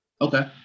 okay